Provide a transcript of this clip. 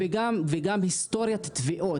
וגם היסטורית תביעות.